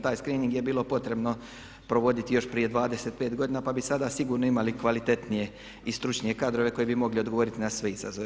Taj screening je bilo potrebno provoditi još prije 25 godina, pa bi sada sigurno imali kvalitetnije i stručnije kadrove koji bi mogli odgovoriti na sve izazove.